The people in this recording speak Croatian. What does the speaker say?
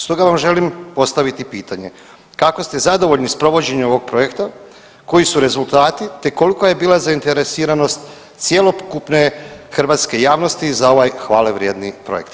Stoga vam želim postaviti pitanje, kako ste zadovoljni s provođenjem ovog projekta, koji su rezultati, te kolika je bila zainteresiranost cjelokupne hrvatske javnosti za ovaj hvale vrijedni projekt?